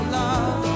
love